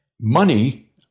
Money